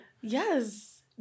Yes